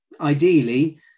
ideally